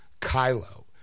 Kylo